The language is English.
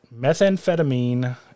Methamphetamine